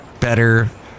better